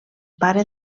pare